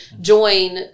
join